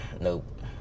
Nope